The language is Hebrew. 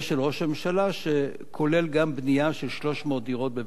שכולל גם בנייה של 300 דירות בבית-אל.